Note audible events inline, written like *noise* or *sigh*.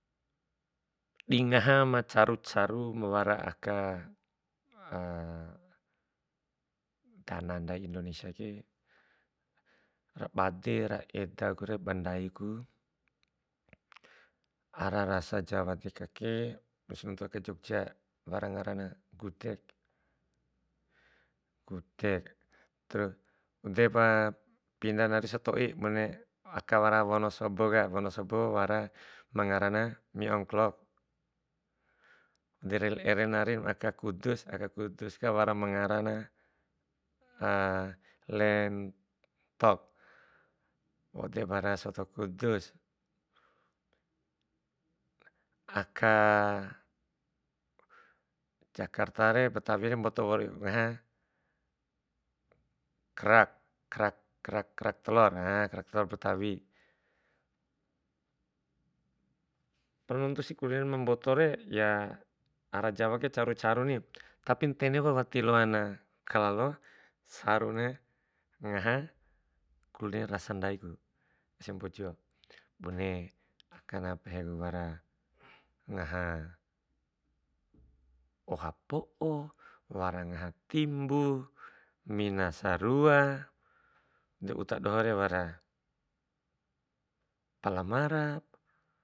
Di ngaha macaru caru, ma wara aka *hesitation* dana ndai indoensia ke, na bade ra edaku bandaiku, ara sara jawa dedeka *unintelligible* jogja wara ngarana gudeg gudeg, terus, depa pinda dari setoi, bune aka wara wonosobo ka wonosobo wara ma ngarana mie ongklok, dere rai la ele narimu, aka kudus wara mangarana lentok, wau ede wara soto kudus, aka jakarta re betawi re waur mboto iuk ngaha, kerak kerak kerak kerak telur, ha, kerak telur betawi. Pala nuntusi kuliner ma mbotore ya ara jawa ke caru caruni, tapi ntenepa wati loana kalalo caruna ngaha kuliner rasa ndaiku, ese mbojo, bune akana pehen wara ngaha oha po'o, wara ngaha timbu, mina sarua, uta dohore wara, palamara.